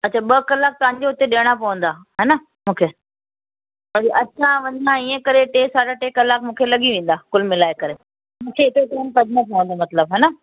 अछा ॿ कलाक तव्हांजे उते ॾियणा पवंदा हा न मूंखे बाक़ी अचां वञां इअं करे टे साढी टे कलाक मूंखे लॻी वेंदा कुलु मिलाए करे मूंखे हिते मतिलबु हा न